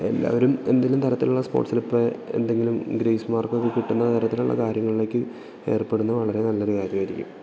എല്ലാവരും എന്തേലും തരത്തിലുള്ള സ്പോർട്സിലിപ്പോള് എന്തെങ്കിലും ഗ്രേയ്സ് മാർക്കൊക്ക കിട്ടുന്ന തരത്തിലുള്ള കാര്യങ്ങളിലേക്ക് ഏർപ്പെടുന്നതു വളരെ നല്ലൊരു കാര്യമായിരിക്കും